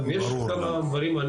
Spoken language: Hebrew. יש כמה דברים,